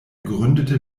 gründete